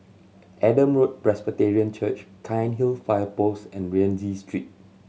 Adam Road Presbyterian Church Cairnhill Fire Post and Rienzi Street